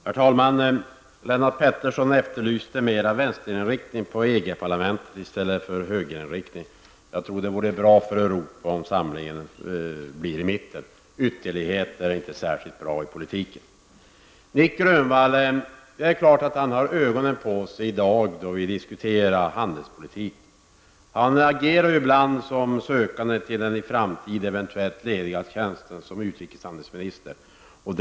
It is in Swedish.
Herr talman! Lennart Pettersson efterlyste mer av vänsterinriktning beträffande EG-parlamentet i stället för högerinriktning. Men jag tror att det vore bra för Europa med en samling i mitten. Ytterligheter är inte särskilt bra i politiken. Det är klart att man har ögonen på Nic Grönvall i dag då handelspolitiken diskuteras. Han agerar ju ibland som sökande till en i framtiden eventuellt ledig utrikeshandelsministertjänst.